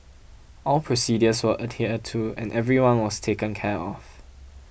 all procedures were adhered to and everyone was taken care of